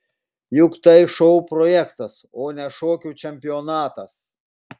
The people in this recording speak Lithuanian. juk tai šou projektas o ne šokių čempionatas